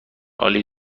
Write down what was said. عالی